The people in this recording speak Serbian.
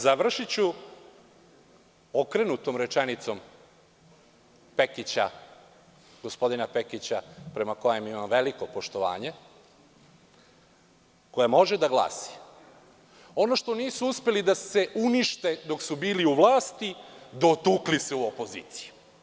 Završiću okrenutom rečenicom gospodina Pekića, prema kojem imam veliko poštovanje koja može da glasi – ono što nisu uspeli da se unište dok su bili u vlasti, dotukli su u opoziciji.